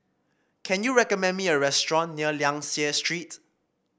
can you recommend me a restaurant near Liang Seah Street